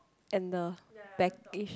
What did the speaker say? and the back-ish